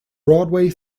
broadway